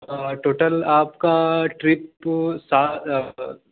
آ total آپ کا trip سا